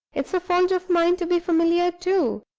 it's a fault of mine to be familiar, too.